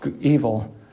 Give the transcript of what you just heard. evil